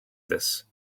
this